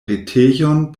retejon